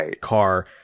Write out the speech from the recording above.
car